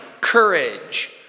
courage